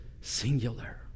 singular